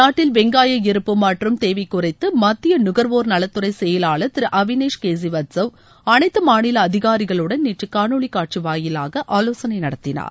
நாட்டில் வெங்காய இருப்பு மற்றும் தேவை குறித்து மத்திய நுகர்வோர் நலத்துறை செயலாளர் திரு அவினேஷ் கேசி வத்சவ் அனைத்து மாநில அதிகாரிகளுடன் நேற்று கானொலி காட்சி வாயிலாக ஆலோசனை நடத்தினார்